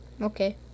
okay